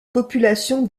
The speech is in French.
population